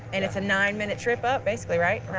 and it's a nine minute trip up basically, right?